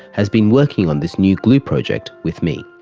has been working on this new glue project with me.